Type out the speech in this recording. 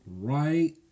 right